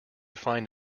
find